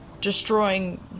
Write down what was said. destroying